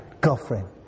girlfriend